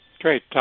great